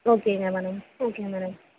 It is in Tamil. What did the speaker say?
ஓகேங்க மேடம் ஓகே மேடம்